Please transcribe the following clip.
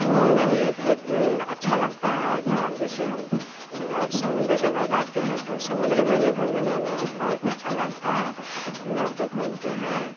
घूमने में भी अच्छा लगता है जहाँ जैसे हम और समन्दर जगह जाते हैं तो समुद्र में भी घूमने में बहुत अच्छा लगता है नाव पर घूमते हैं